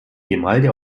grimaldi